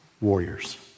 warriors